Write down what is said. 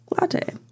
latte